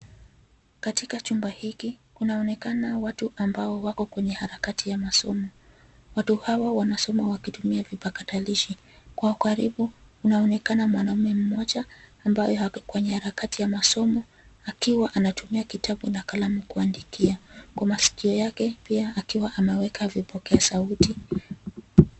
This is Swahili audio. Katika chumba hiki kunaonekana watu ambao wako kwenye harakati ya masomo. Watu hawa wanasoma wakitumia vipakatalishi. Kwa ukaribu unaonekana mwanaume mmoja ambaye ako kwenye harakati ya masomo akiwa anatumia kitabu na kalamu kuandikia. Kwa maskio yake pia akiwa ameweka vipokea sauti.